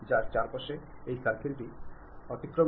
അതിനാൽ അത്തരം സാഹചര്യങ്ങളിൽ എല്ലായ്പ്പോഴും മര്യാദകൾ പാലിക്കണം